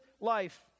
life